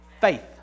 faith